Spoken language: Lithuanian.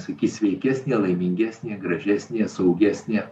sykį sveikesnė laimingesnė gražesnė saugesnė